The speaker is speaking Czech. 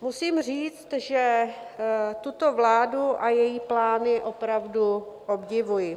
Musím říct, že tuto vládu a její plány opravdu obdivuji.